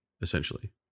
essentially